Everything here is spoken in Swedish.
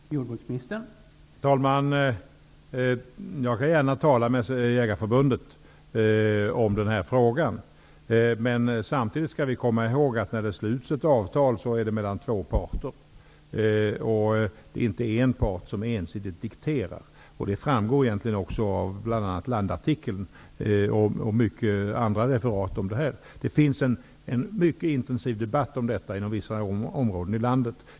Herr talman! Jag talar gärna med Jägareförbundet om denna fråga, men samtidigt skall vi komma ihåg att när ett avtal sluts är det mellan två parter. Det är inte en part som ensidigt dikterar. Det framgår också av bl.a. artikeln i Land och andra referat. Det förs en mycket intensiv debatt om detta inom vissa områden i landet.